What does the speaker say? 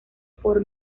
por